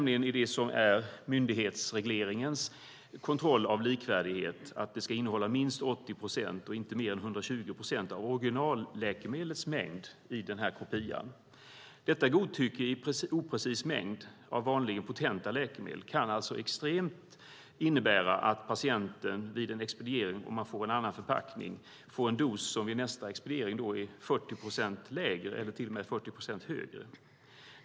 I det som är myndighetsregleringens kontroll av likvärdighet sägs det att kopian ska innehålla minst 80 procent och inte mer än 120 procent av originalläkemedlets mängd. Detta godtycke i oprecis mängd av vanligen potenta läkemedel kan i ett extremfall innebära att patienten vid en expediering får en dos som vid nästa expediering, när man får en annan förpackning, är 40 procent högre, eller till och med 40 procent lägre.